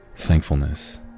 thankfulness